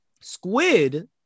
Squid